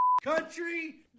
Country